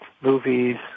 movies